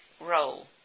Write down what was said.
role